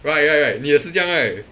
right right right 你也是这样 right